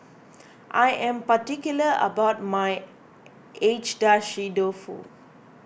I am particular about my Agedashi Dofu